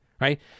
Right